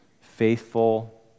faithful